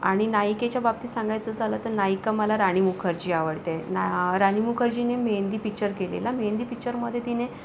आणि नायिकेच्या बाबतीत सांगायचं झालं तर नायिका मला राणी मुखर्जी आवडते ना राणी मुखर्जीने मेहंदी पिक्चर केलेला मेहंदी पिक्चरमध्ये तिने